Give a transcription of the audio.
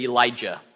Elijah